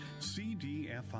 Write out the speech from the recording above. CDFI